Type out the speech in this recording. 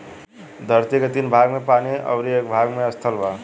धरती के तीन भाग में पानी अउरी एक भाग में स्थल बा